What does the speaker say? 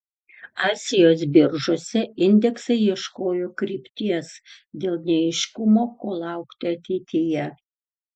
azijos biržose indeksai ieškojo krypties dėl neaiškumo ko laukti ateityje